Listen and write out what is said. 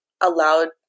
allowed